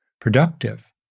productive